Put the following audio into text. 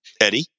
Eddie